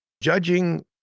Judging